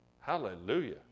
Hallelujah